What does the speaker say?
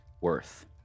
worth